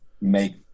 make